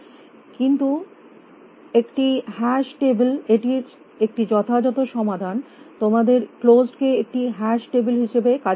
কিন্তু একটি hash table এটির একটি যথাযথ সমাধান তোমাদের ক্লোস্ড কে একটি হ্যাশ টেবিল হিসাবে কাজে লাগাতে হবে